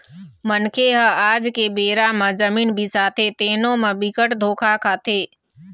मनखे ह आज के बेरा म जमीन बिसाथे तेनो म बिकट धोखा खाथे